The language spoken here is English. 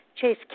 Chase